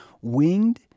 winged